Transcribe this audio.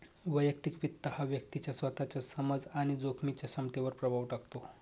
वैयक्तिक वित्त हा व्यक्तीच्या स्वतःच्या समज आणि जोखमीच्या क्षमतेवर प्रभाव टाकतो